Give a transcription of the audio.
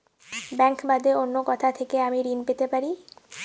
Bank বাদে অন্য কোথা থেকে আমি ঋন পেতে পারি?